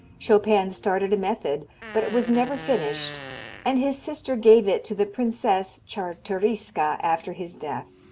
chopin started a method but it was never finished and his sister gave it to the princess czartoryska after his death.